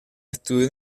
estudió